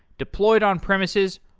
deployed on premises,